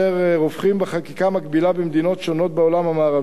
רווחים בחקיקה מקבילה במדינות שונות בעולם המערבי.